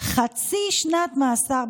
חצי שנת מאסר.